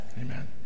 amen